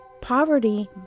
poverty